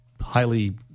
highly